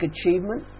achievement